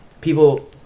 people